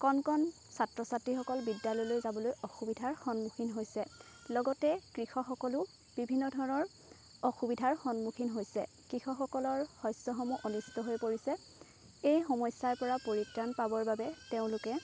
কণ কণ ছাত্ৰ ছাত্ৰীসকল বিদ্যালয়লৈ যাবলৈ অসুবিধাৰ সন্মুখীন হৈছে লগতে কৃষক সকলো বিভিন্ন ধৰণৰ অসুবিধাৰ সন্মুখীন হৈছে কৃষক সকলৰ শস্যসমূহ অনিষ্ট হৈ পৰিছে এই সমস্যাৰ পৰা পৰিত্ৰাণ পাবৰ বাবে তেওঁলোকে